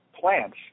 plants